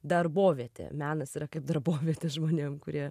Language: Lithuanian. darbovietė menas yra kaip darbovietė žmonėm kurie